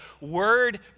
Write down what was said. word